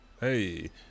Hey